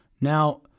Now